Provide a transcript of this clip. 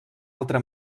altra